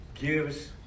Gives